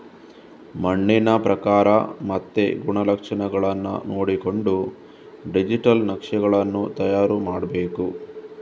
ಮಣ್ಣಿನ ಪ್ರಕಾರ ಮತ್ತೆ ಗುಣಲಕ್ಷಣಗಳನ್ನ ನೋಡಿಕೊಂಡು ಡಿಜಿಟಲ್ ನಕ್ಷೆಗಳನ್ನು ತಯಾರು ಮಾಡ್ಬೇಕು